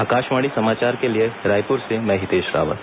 आकाशवाणी समाचार के लिए रायपुर से मैं हितेश रावत